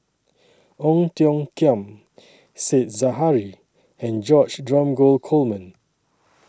Ong Tiong Khiam Said Zahari and George Dromgold Coleman